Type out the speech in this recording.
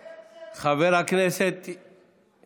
אתה רוצה שילמדו אצלכם את הרצל?